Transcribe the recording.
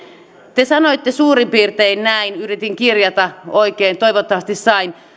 te sanoitte suurin piirtein näin yritin kirjata oikein toivottavasti sain